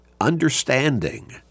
understanding